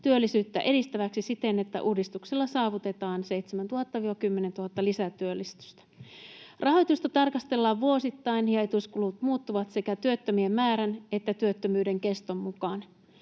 työllisyyttä edistäväksi siten, että uudistuksella saavutetaan 7 000—10 000 lisätyöllistä. Rahoitusta tarkastellaan vuosittain, ja etuuskulut muuttuvat sekä työttömien määrän että työttömyyden keston mukaan.